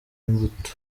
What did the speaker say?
imbuto